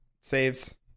Saves